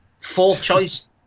fourth-choice